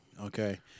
Okay